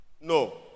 No